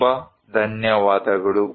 ತುಂಬ ಧನ್ಯವಾದಗಳು